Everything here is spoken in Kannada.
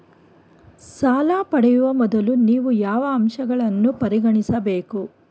ಸಾಲ ಪಡೆಯುವ ಮೊದಲು ನೀವು ಯಾವ ಅಂಶಗಳನ್ನು ಪರಿಗಣಿಸಬೇಕು?